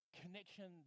connection